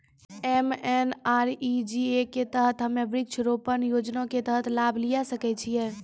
MNREGA के तहत हम्मय वृक्ष रोपण योजना के तहत लाभ लिये सकय छियै?